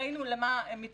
ראינו למה הם מתכוונים.